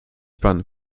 pan